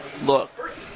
Look